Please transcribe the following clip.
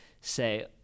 say